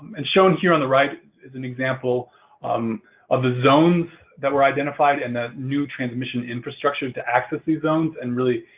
and shown here on the right is an example um of the zones that were identified and the new transmission infrastructure to access these zones and really